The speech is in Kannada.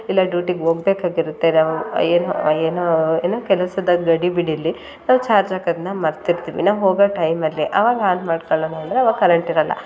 ಇಲ್ಲ ಡ್ಯೂಟಿಗೆ ಹೋಗ್ಬೇಕಾಗಿರುತ್ತೆ ನಾವು ಏನು ಏನು ಏನು ಕೆಲಸದ ಗಡಿಬಿಡಿಯಲ್ಲಿ ನಾವು ಚಾರ್ಜ್ ಹಾಕೊದ್ನ ಮರ್ತಿರ್ತೀವಿ ನಾವು ಹೋಗೋ ಟೈಮಲ್ಲೇ ಅವಾಗ ಆನ್ ಮಾಡ್ಕೊಳ್ಳೋಣ ಅಂದರೆ ಅವಾಗ ಕರೆಂಟ್ ಇರೋಲ್ಲ